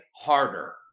harder